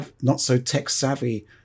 not-so-tech-savvy